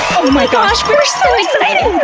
omigosh! we're so excited!